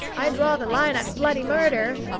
i draw the line at bloody murder!